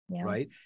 right